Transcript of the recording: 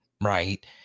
right